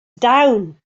down